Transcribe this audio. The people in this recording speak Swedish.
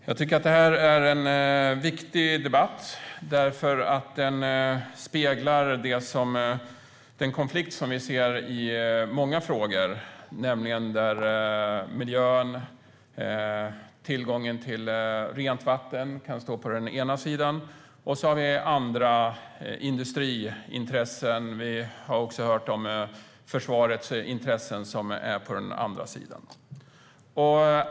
Fru talman! Det här är en viktig debatt. Den speglar den konflikt som vi ser i många frågor, nämligen när miljön och tillgången till rent vatten står på den ena sidan och andra industriintressen och försvarets intressen står på den andra sidan.